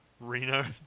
reno